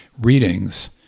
readings